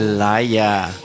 liar